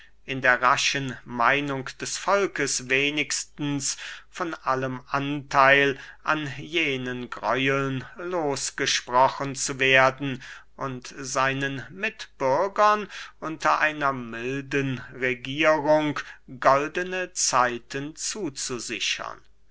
in der raschen meinung des volkes wenigstens von allem antheil an jenen greueln losgesprochen zu werden und seinen mitbürgern unter einer milden regierung goldne zeiten zuzusichern